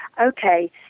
Okay